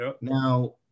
Now